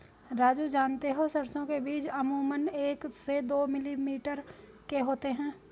राजू जानते हो सरसों के बीज अमूमन एक से दो मिलीमीटर के होते हैं